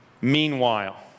Meanwhile